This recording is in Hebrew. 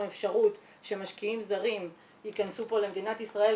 אפשרות שמשקיעים זרים ייכנסו פה למדינת ישראל,